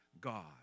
God